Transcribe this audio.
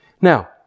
Now